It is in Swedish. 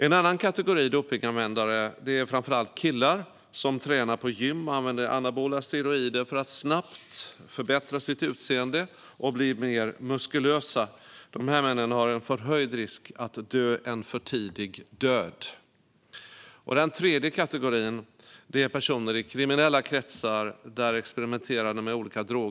En annan kategori som använder dopningsmedel är framför allt killar som tränar på gym och använder anabola steroider för att snabbt förbättra sitt utseende och bli mer muskulösa. Dessa män har en förhöjd risk för en för tidig död. Den tredje kategorin är personer i kriminella kretsar, där man experimenterar med olika droger.